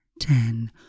ten